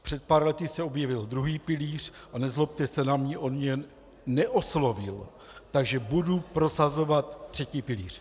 Před pár lety se objevil druhý pilíř, a nezlobte se na mě, on mě neoslovil, takže budu prosazovat třetí pilíř.